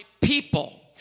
people